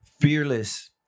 fearless